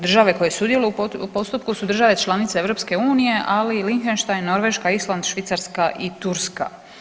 Države koje sudjeluju u postupku su države članice EU, ali i Lichtenstein, Norveška, Island, Švicarska i Turska.